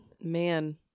Man